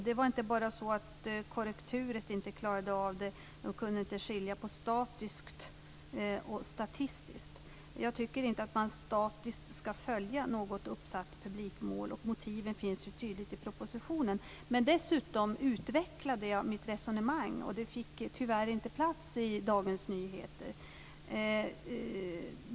Det var inte bara så att man på korrekturet inte klarade av detta, de kunde inte heller skilja på "statiskt" och "statistiskt". Jag tycker inte att man statiskt skall följa något uppsatt publikmål. Motiven finns tydligt angivna i propositionen. Dessutom utvecklade jag mitt resonemang, och det fick tyvärr inte plats i Dagens Nyheter.